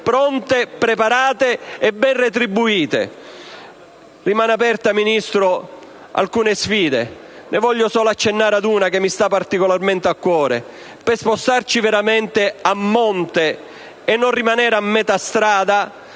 pronte, preparate e ben retribuite. Rimangono aperte alcune sfide, Ministro, e voglio solo accennare ad una che mi sta particolarmente a cuore: per spostarci veramente a monte e non rimanere a metà strada